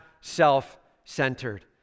self-centered